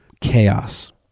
chaos